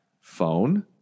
Phone